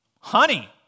Honey